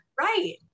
Right